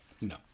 No